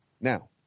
Now